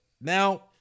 now